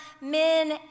men